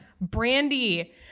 Brandy